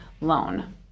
loan